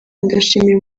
ndashimira